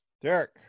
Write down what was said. Derek